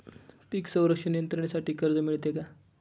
पीक संरक्षण यंत्रणेसाठी कर्ज मिळते का?